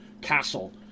Castle